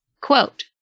quote